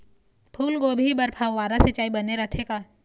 फूलगोभी बर फव्वारा सिचाई बने रथे का?